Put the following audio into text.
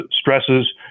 stresses